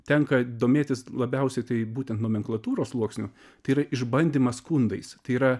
tenka domėtis labiausiai tai būtent nomenklatūros sluoksniu tai yra išbandymas skundais tai yra